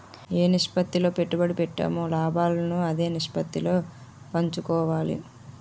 ఏ నిష్పత్తిలో పెట్టుబడి పెట్టామో లాభాలను అదే నిష్పత్తిలో పంచుకోవాలి